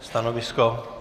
Stanovisko?